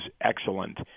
excellent